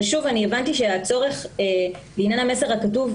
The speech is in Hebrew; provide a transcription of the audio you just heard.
יכול להיות שזה בסדר,